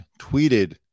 tweeted